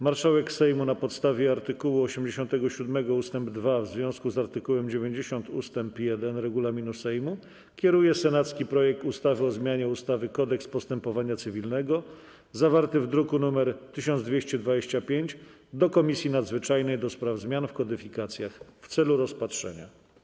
Marszałek Sejmu, na podstawie art. 87 ust. 2 w związku z art. 90 ust. 1 regulaminu Sejmu, kieruje senacki projekt ustawy o zmianie ustawy - Kodeks postępowania cywilnego, zawarty w druku nr 1225, do Komisji Nadzwyczajnej do spraw zmian w kodyfikacjach w celu rozpatrzenia.